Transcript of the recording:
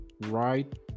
right